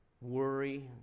worry